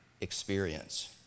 experience